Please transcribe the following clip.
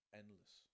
endless